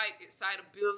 excitability